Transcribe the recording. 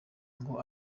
ngo